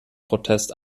protest